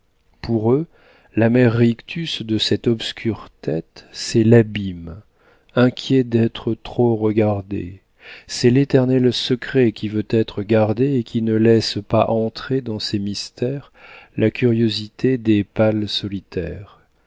pour eux l'amer rictus de cette obscure tête c'est l'abîme inquiet d'être trop regardé c'est l'éternel secret qui veut être gardé et qui ne laisse pas entrer dans ses mystères la curiosité des pâles solitaires